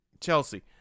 Chelsea